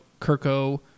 Kirko